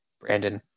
Brandon